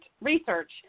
research